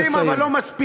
עושים, אבל לא מספיק.